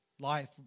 Life